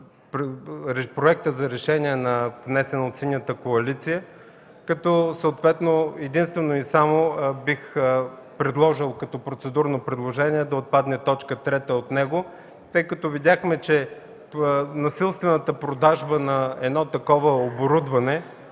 Проекта за решение внесен от Синята коалиция, като единствено бих предложил, като процедурно предложение, да отпадне точка трета от него, тъй като видяхме, че насилствената продажба на такова оборудване